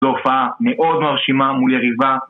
להופעה מאוד מרשימה מול יריבה